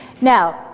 Now